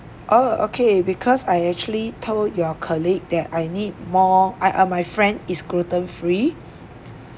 oh okay because I actually told your colleague that I need more I ah my friend is gluten free